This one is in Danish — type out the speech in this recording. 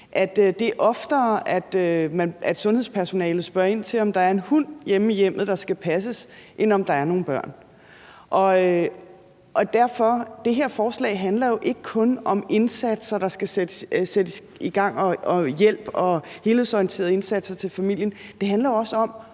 det er oftere, at sundhedspersonalet spørger ind til, om der er en hund i hjemmet, der skal passes, end de spørger ind til, om der er nogle børn. Det her forslag handler jo ikke kun om indsatser, der skal sættes i gang, og om hjælp og helhedsorienterede indsatser til familien. Det handler også om